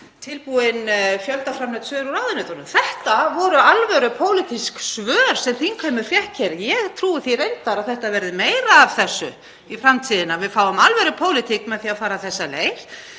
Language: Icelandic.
tilbúin, fjöldaframleidd svör úr ráðuneytunum. Þetta voru alvöru pólitísk svör sem þingheimur fékk hér. Ég trúi því reyndar að það verði meira af því í framtíðinni að við fáum alvörupólitík með því að fara þessa leið,